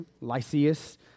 Lysias